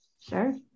Sure